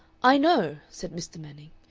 i know, said mr manning,